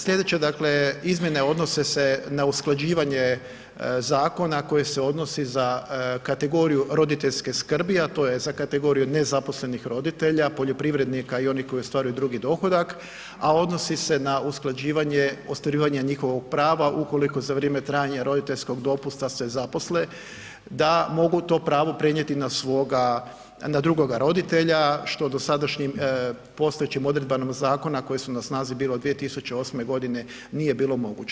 Slijedeće dakle izmjene odnose se na usklađivanje zakona koji se odnosi za kategoriju roditeljski skrbi a to je za kategoriju nezaposlenih roditelja, poljoprivrednika i onih koji ostvaruju drugih dohodak a odnosi se na usklađivanje ostvarivanja njihovog prava ukoliko za vrijeme trajanja roditeljskog dopusta se zaposle, da mogu to pravo prenijeti na drugoga roditelja što dosadašnjim postojećim odredbama zakona koje su na snazi bile od 2008. g. nije bilo moguće.